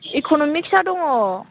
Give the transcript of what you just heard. इक'नमिक्सआ दङ